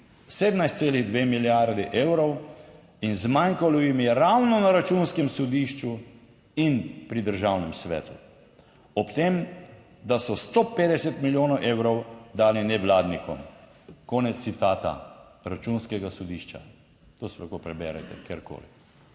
17,2 milijardi evrov in zmanjkalo jim je ravno na Računskem sodišču in pri Državnem svetu, ob tem, da so 150 milijonov evrov dali nevladnikom." Konec citata Računskega sodišča. To si lahko preberete kjerkoli,